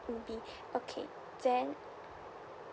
ubi okay then